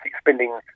spending